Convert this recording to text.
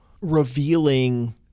revealing